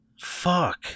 Fuck